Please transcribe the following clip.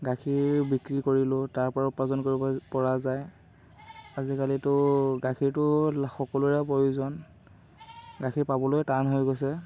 গাখীৰ বিক্ৰী কৰিলোঁ তাৰ পৰা উপাৰ্জন কৰিব পৰা যায় আজিকালিতো গাখীৰটো সকলোৰে প্ৰয়োজন গাখীৰ পাবলৈ টান হৈ গৈছে